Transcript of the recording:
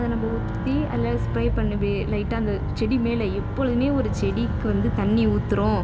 அதை நம்ம ஊற்றி அதில் ஸ்ப்ரே பண்ணணும் இப்படி லைட்டாக அந்த செடி மேலே எப்பொழுதுமே ஒரு செடிக்கு வந்து தண்ணி ஊற்றுறோம்